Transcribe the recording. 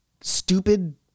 stupid